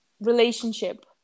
relationship